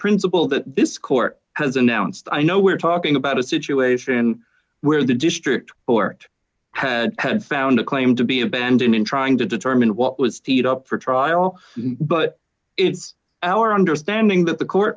principle that this court has announced i know we're talking about a situation where the district court had had found a claim to be abandoned in trying to determine what was teed up for trial but it's our understanding that the court